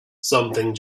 something